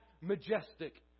majestic